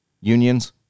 unions